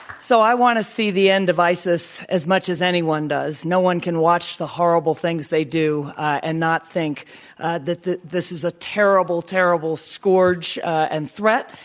so, i want to see the end of isis as much as anyone does. no one can watch the horrible things they do and not think that this is a terrible, terrible scourge and threat.